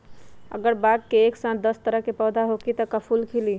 अगर बाग मे एक साथ दस तरह के पौधा होखि त का फुल खिली?